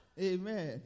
Amen